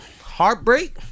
heartbreak